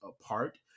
apart